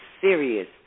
serious